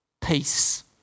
Peace